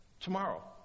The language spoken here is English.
Tomorrow